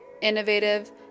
innovative